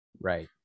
right